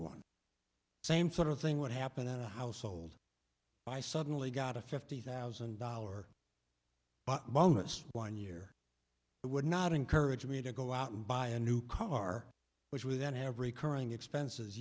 one same sort of thing would happen in a household by suddenly got a fifty thousand dollar bonus one year it would not encourage me to go out and buy a new car which with every current expenses